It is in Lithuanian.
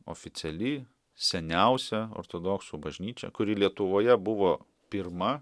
oficiali seniausia ortodoksų bažnyčia kuri lietuvoje buvo pirma